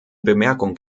bemerkung